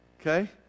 Okay